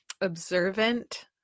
observant